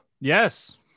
Yes